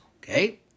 okay